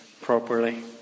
properly